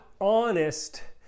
honest